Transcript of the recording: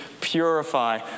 purify